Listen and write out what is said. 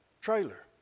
trailer